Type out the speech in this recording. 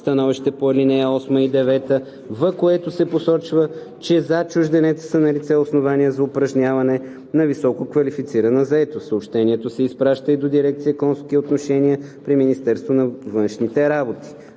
становища по ал. 8 и 9, в което се посочва, че за чужденеца са налице основания за упражняване на висококвалифицирана заетост. Съобщението се изпраща и до дирекция „Консулски отношения“ при Министерството на външните работи.